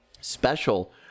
special